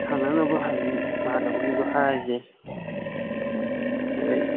ꯁꯥꯟꯅꯅꯕ ꯍꯥꯏꯗꯤ ꯏꯃꯥꯟꯅꯕꯈꯩꯁꯨ ꯍꯥꯏꯔꯁꯦ ꯃꯣꯏ